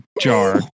jar